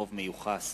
רוב מיוחס),